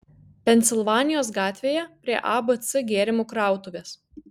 pensilvanijos gatvėje prie abc gėrimų krautuvės